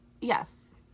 Yes